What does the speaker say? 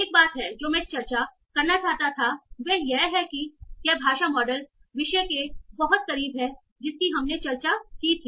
एक बात है जो मैं चर्चा करना चाहता था वह यह है कि यह भाषा मॉडल विषय के बहुत करीब है जिसकी हमने चर्चा की थी